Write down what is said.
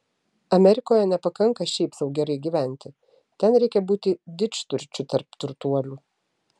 amerikoje nepakanka šiaip sau gerai gyventi ten reikia būti didžturčiu tarp turtuolių